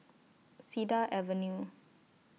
Cedar Avenue